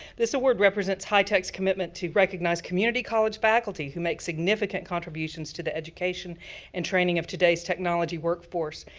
this award represents high tech's commitment to recognize community college faculty who make significant contributions to the education and training of today's technology workforce.